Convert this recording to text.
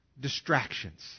distractions